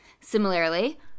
Similarly